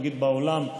נגיד בעולם,